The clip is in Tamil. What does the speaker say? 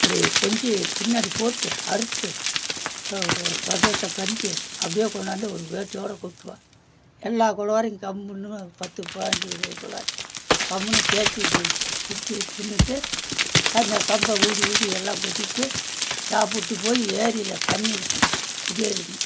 அப்படி கொஞ்சி பின்னாடிப்போட்டு அறுத்து க க கசவத்தை கஞ்சி அப்டி கொண்டாந்து ஒரு வேட்டியோடய கொட்டுவா எல்லாம் கொலுவாரிக்கும் கம்முன்னு பத்து பாஞ்சி இருபது கொல்லாரி கம்முன்னு தேய்ச்சி தேய்ச்சி பிடிச்சி தின்றுட்டு அந்த கம்பை ஊதி ஊதி எல்லாம் கொட்டிப்புட்டு சாப்பிட்டு போய் ஏரியில் தண்ணியிருக்கும் புது ஏரின்னு